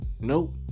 nope